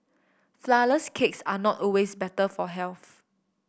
flourless cakes are not always better for health